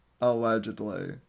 allegedly